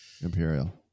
Imperial